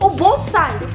but both side,